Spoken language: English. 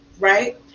right